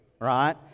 right